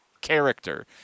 character